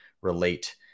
relate